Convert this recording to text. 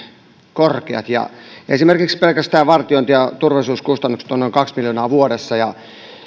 korkeat esimerkiksi pelkästään vartiointi ja turvallisuuskustannukset ovat noin kaksi miljoonaa vuodessa ja